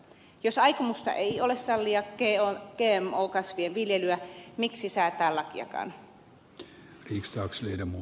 jos aikomusta ei ole sallia gmo kasvien viljelyä miksi säätää lakiakaan